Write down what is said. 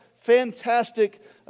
fantastic